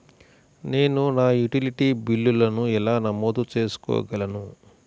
నేను నా యుటిలిటీ బిల్లులను ఎలా నమోదు చేసుకోగలను?